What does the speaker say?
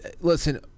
Listen